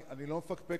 אני לא מפקפק,